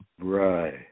Right